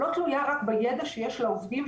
לא תלויה רק בידע שיש לעובדים,